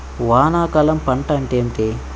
వానాకాలం పంట అంటే ఏమిటి?